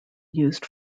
used